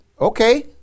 Okay